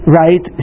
right